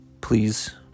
please